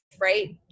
right